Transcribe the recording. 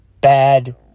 bad